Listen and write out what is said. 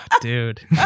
dude